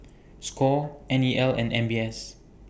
SCORE N E L and M B S